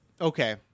okay